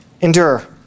endure